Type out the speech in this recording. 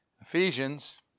Ephesians